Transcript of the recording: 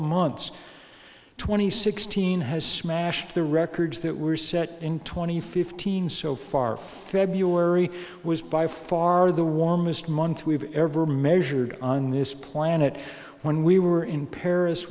months twenty sixteen has smashed the records that were set in twenty fifteen so far february was by far the warmest month we've ever measured on this planet when we were in paris